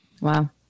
Wow